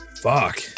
Fuck